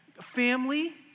Family